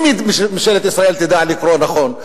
אם ממשלת ישראל תדע לקרוא נכון.